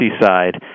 side